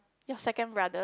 your second brother